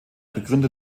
begründer